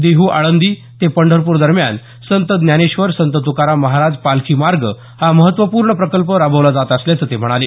देहू आळंदी ते पंढरपूरदरम्यान संत ज्ञानेश्वर संत तुकाराम महाराज पालखी मार्ग हा महत्त्वपूर्ण प्रकल्प राबवला जात असल्याचं ते म्हणाले